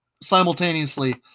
simultaneously